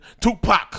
Tupac